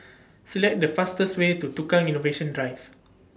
Select The fastest Way to Tukang Innovation Drive